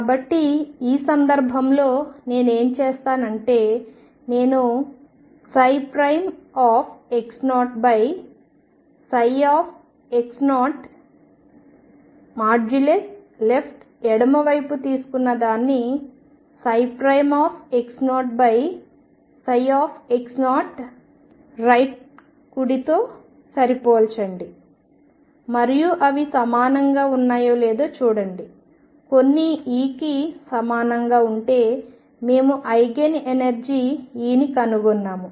కాబట్టి ఈ సందర్భంలో నేనేం చేస్తాను అంటే నేను x0x0|left ఎడమవైపు తీసుకొని దీన్ని x0x0|right కుడితో సరిపోల్చండి మరియు అవి సమానంగా ఉన్నాయో లేదో చూడండి కొన్ని Eకి సమానంగా ఉంటే మేము ఐగెన్ ఎనర్జీ E ని కనుగొన్నాము